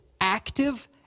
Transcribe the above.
active